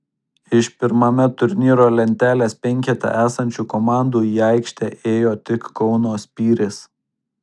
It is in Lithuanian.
iš pirmame turnyro lentelės penkete esančių komandų į aikštę ėjo tik kauno spyris